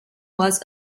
was